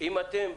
אם אתם,